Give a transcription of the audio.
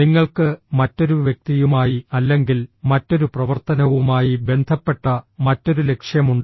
നിങ്ങൾക്ക് മറ്റൊരു വ്യക്തിയുമായി അല്ലെങ്കിൽ മറ്റൊരു പ്രവർത്തനവുമായി ബന്ധപ്പെട്ട മറ്റൊരു ലക്ഷ്യമുണ്ട്